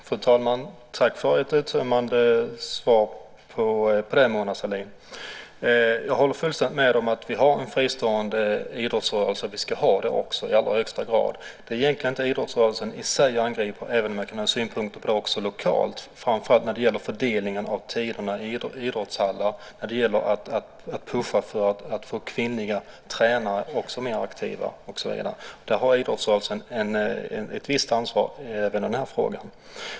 Fru talman! Tack för ett uttömmande svar på frågan, Mona Sahlin! Jag håller fullständigt med om att vi har en fristående idrottsrörelse och att vi också ska ha det i allra högsta grad. Det är egentligen inte idrottsrörelsen i sig som jag angriper, även om jag kan ha synpunkter på den också lokalt. Det gäller framför allt fördelningen av tiderna i idrottshallar och att puffa för att få kvinnliga tränare och fler aktiva och så vidare. Idrottsrörelsen har ett visst ansvar i den frågan.